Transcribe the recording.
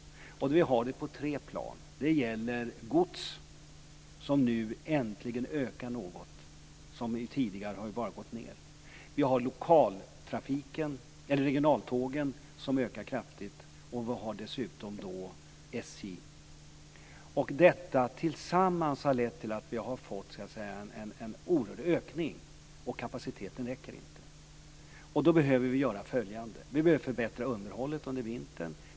Vi har det på tre plan. Det gäller gods, som nu äntligen ökar något, som tidigare bara har gått ned. Det gäller regionaltågen, som ökar kraftigt. Det gäller dessutom SJ. Detta tillsammans har lett till att vi har fått en oerhörd ökning, och kapaciteten räcker inte. Då behöver vi göra följande. Vi behöver förbättra underhållet under vintern.